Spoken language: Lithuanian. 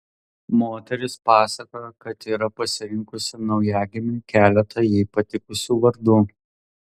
moteris pasakojo kad yra parinkusi naujagimiui keletą jai patikusių vardų